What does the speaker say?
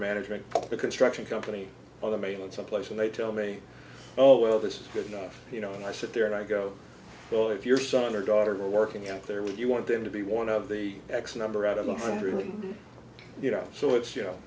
manager in the construction company on the mainland someplace and they tell me oh well this is good enough you know and i sit there and i go well if your son or daughter are working out there would you want them to be one of the x number out of one hundred you know so it's you know